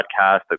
podcast